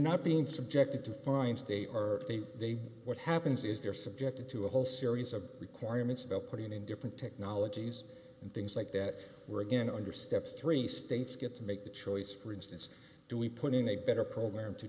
not being subjected to find day or a day what happens is they're subjected to a whole series of requirements about putting in different technologies and things like that we're again under step three states get to make the choice for instance do we put in a better program to